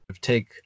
take